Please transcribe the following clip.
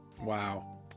Wow